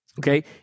Okay